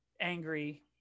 angry